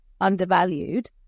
undervalued